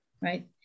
Right